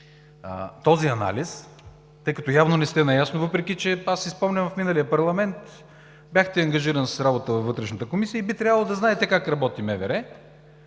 този анализ, тъй като явно не сте наясно, въпреки че, аз си спомням, в миналия Парламент бяхте ангажиран с работа във Вътрешната комисия и би трябвало да знаете как работи МВР,